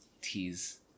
teas